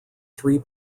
three